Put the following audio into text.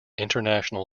international